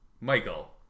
Michael